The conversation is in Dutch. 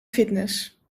fitness